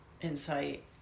insight